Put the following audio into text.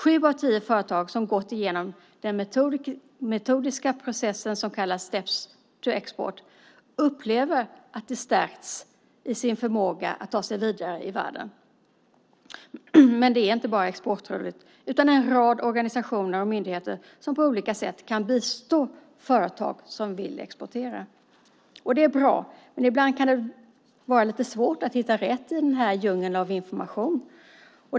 Sju av tio företag som gått igenom den metodiska process som kallas steps to export upplever att de stärkts i sin förmåga att ta sig vidare ut i världen. Men det är inte bara Exportrådet utan en rad organisationer och myndigheter som på olika sätt kan bistå företag som vill exportera. Det är bra, men ibland kan det vara lite svårt att hitta rätt i denna djungel av information.